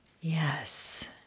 Yes